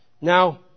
Now